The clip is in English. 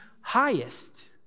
highest